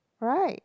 right